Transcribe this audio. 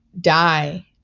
die